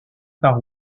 par